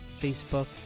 Facebook